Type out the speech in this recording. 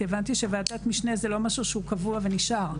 כי הבנתי שוועדת משנה זה לא משהו שהוא קבוע ונשאר.